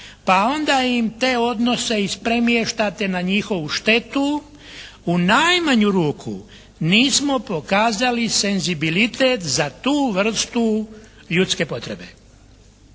pa onda im te odnose ispremještate na njihovu štetu, u najmanju ruku nismo pokazali senzibilitet za tu vrstu ljudske potrebe.